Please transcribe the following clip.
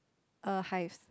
err hives